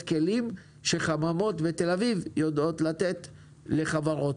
כלים שחממות בתל אביב יודעות לתת לחברות.